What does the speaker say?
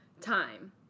time